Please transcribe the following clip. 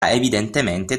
evidentemente